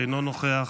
אינו נוכח,